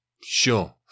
sure